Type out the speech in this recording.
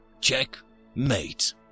Checkmate